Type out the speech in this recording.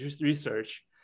research